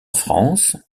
france